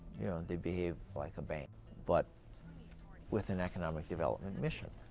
they behave like a bank but with an economic development mission,